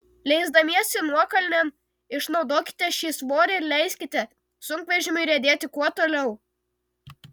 leisdamiesi nuokalnėn išnaudokite šį svorį ir leiskite sunkvežimiui riedėti kuo toliau